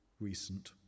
recent